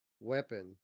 weapon